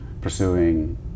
pursuing